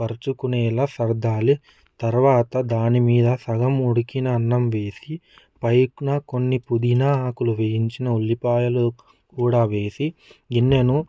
పరుచుకునేలా సర్దాలి తర్వాత దానిమీద సగం ఉడికిన అన్నం వేసి పైకిన కొన్ని పుదీనా ఆకులు వేయించిన ఉల్లిపాయలు కూడా వేసి గిన్నెను